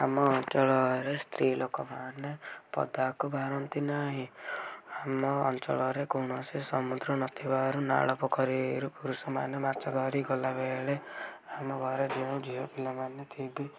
ଆମ ଅଞ୍ଚଳରେ ସ୍ତ୍ରୀ ଲୋକ ମାନେ ପଦାକୁ ବାହାରନ୍ତି ନାହିଁ ଆମ ଅଞ୍ଚଳରେ କୌଣସି ସମୁଦ୍ର ନଥିବାରୁ ନାଳ ପୋଖରୀରୁ ପୁରୁଷ ମାନେ ମାଛ ଧରି ଗଲା ବେଳେ ଆମ ଘରେ ଯେଉଁ ଝିଅ ପିଲା ମାନେ ଥିବେ